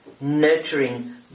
nurturing